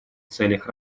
целях